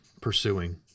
pursuing